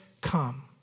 come